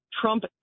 Trump